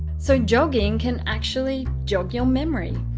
so jogging can actually jog your memory.